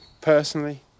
personally